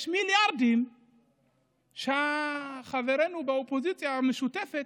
יש מיליארדים שחברינו באופוזיציה, במשותפת,